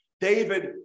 David